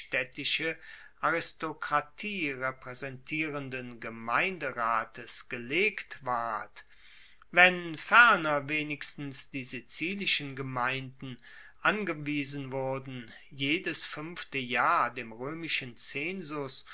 staedtische aristokratie repraesentierenden gemeinderates gelegt ward wenn ferner wenigstens die sizilischen gemeinden angewiesen wurden jedes fuenfte jahr dem roemischen zensus